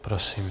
Prosím.